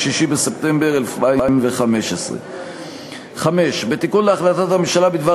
6 בספטמבר 2015. 5. בתיקון להחלטת הממשלה בדבר